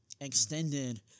extended